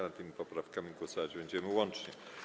Nad tymi poprawkami głosować będziemy łącznie.